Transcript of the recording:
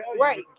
right